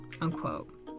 unquote